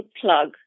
plug